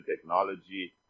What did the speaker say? technology